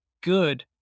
good